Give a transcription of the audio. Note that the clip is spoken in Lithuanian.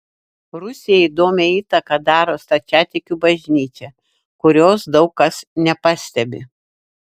rusijai įdomią įtaką daro stačiatikių bažnyčia kurios daug kas nepastebi